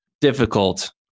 difficult